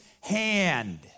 hand